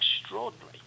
extraordinary